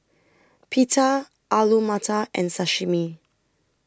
Pita Alu Matar and Sashimi